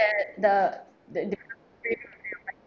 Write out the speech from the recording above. at the the